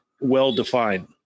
well-defined